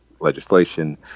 legislation